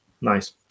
Nice